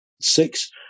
six